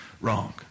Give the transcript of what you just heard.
wrong